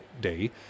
day